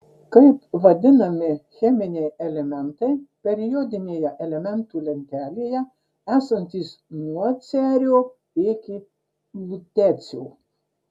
kaip vadinami cheminiai elementai periodinėje elementų lentelėje esantys nuo cerio iki lutecio